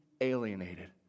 alienated